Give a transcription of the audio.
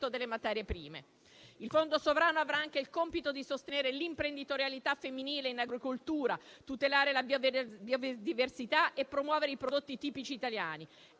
delle materie prime. Il fondo sovrano avrà anche il compito di sostenere l'imprenditorialità femminile in agricoltura, tutelare la biodiversità e promuovere i prodotti tipici italiani.